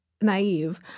naive